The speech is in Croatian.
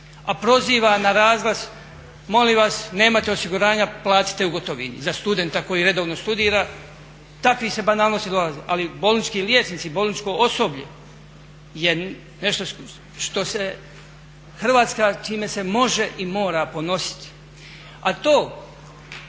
a proziva na razglas molim vas nemate osiguranja platite u gotovini, za studenta koji redovno studira takvih se banalnosti nalaze. Ali bolnički liječnici, bolničko osoblje je nešto s čim se Hrvatska može i mora ponositi. A to